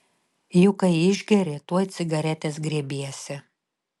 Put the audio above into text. juk kai išgeri tuoj cigaretės griebiesi